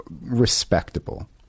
respectable